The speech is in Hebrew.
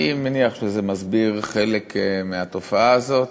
אני מניח שזה מסביר חלק מהתופעה הזאת,